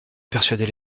persuader